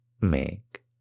make